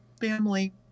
family